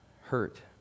hurt